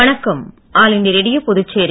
வணக்கம் all India Radio Puducherry